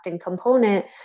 component